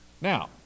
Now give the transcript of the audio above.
now